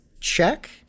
check